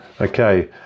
Okay